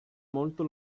molto